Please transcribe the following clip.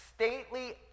stately